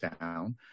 down